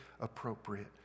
appropriate